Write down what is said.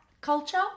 culture